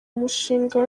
umushinga